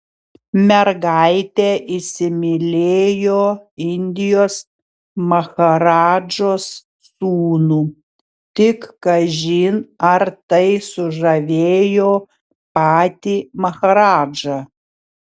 mergaitė įsimylėjo indijos maharadžos sūnų tik kažin ar tai sužavėjo patį maharadžą